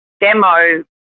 demo